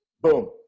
Boom